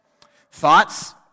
Thoughts